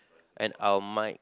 and our might